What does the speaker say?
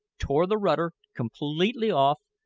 tore the rudder completely off,